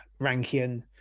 rankian